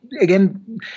again